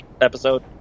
episode